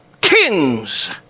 kings